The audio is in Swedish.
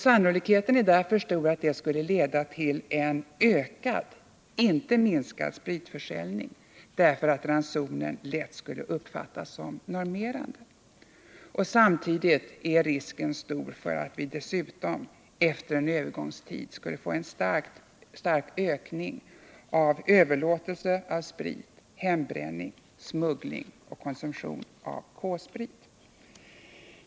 Sannolikheten är därför stor att det skulle leda till en ökad, inte minskad, spritförsäljning därför att ransonen lätt skulle uppfattas som normerande. Samtidigt är risken stor för att vi dessutom efter en övergångstid skulle få en stark ökning av överlåtelse av sprit, hembränning, smuggling och konsumtion av K-sprit.